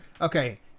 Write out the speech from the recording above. Okay